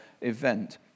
event